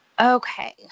Okay